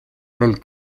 del